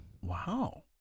Wow